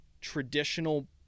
traditional